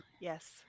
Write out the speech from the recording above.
Yes